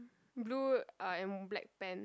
blue uh in black pant